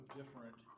different